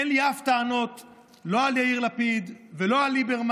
אין לי טענות לא על יאיר לפיד ולא על ליברמן,